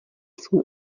svůj